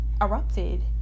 erupted